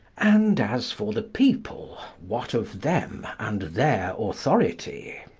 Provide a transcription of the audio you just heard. and as for the people, what of them and their authority?